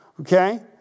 Okay